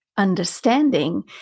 understanding